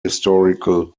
historical